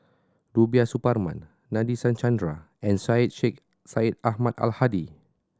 Rubiah Suparman Nadasen Chandra and Syed Sheikh Syed Ahmad Al Hadi